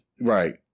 Right